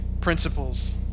principles